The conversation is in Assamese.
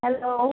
হেল্ল'